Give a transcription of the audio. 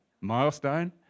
milestone